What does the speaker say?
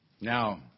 Now